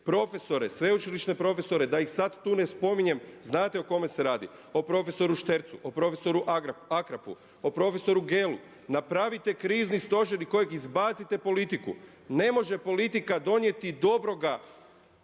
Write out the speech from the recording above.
profesore, sveučilišne profesore, da ih sada tu ne spominjem, znate o kome se radi, o prof. Štercu, o prof. Akrapu, o prof. Gelu, napravite krizni stožer iz kojeg izbacite politiku. Ne može politika donijeti dobroga